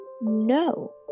No